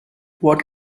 what